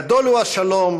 "גדול הוא השלום,